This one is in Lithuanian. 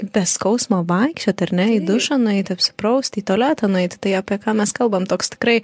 be skausmo vaikščioti ar ne į dušą nueiti apsiprausti į tualetą nueiti tai apie ką mes kalbam toks tikrai